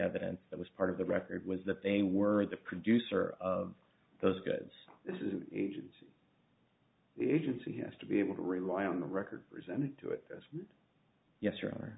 evidence that was part of the record was that they were the producer of those goods this is agency efficiency has to be able to rely on the record presented to it yes